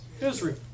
Israel